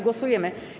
Głosujemy.